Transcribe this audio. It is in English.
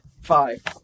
Five